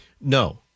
No